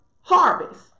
harvest